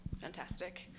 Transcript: Fantastic